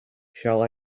shall